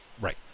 Right